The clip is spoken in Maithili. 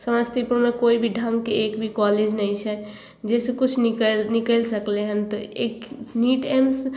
समस्तीपुरमे कोइ भी ढङ्गके एक भी कॉलेज नहि छै जाहिसँ किछु निकलि निकलि सकलै हन तऽ एक नीट एम्स